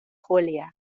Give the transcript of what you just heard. julia